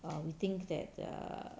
err we think that err